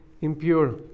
impure